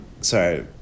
Sorry